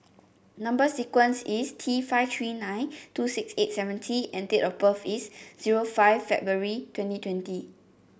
number sequence is T five three nine two six eight seven T and date of birth is zero five February twenty twenty